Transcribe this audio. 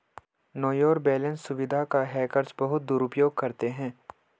no your balance सुविधा का hackers बहुत दुरुपयोग करते हैं